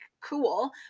Cool